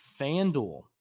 FanDuel